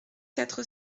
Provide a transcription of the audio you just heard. quatre